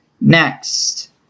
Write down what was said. next